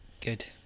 Good